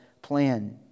plan